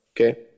Okay